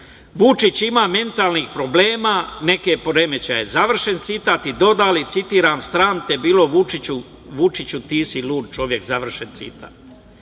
Vučić ima mentalnih problema, neke poremećaje, završen citat, i dodali citiram – sram te bilo Vučiću, ti si lud čovek, završen citat. Eto,